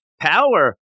power